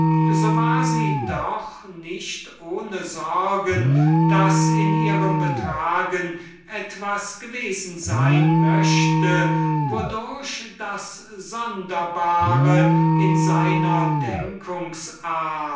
so war sie doch nicht ohne sorgen daß in ihrem betragen etwas gewesen sein möchte wodurch das sonderbare in seiner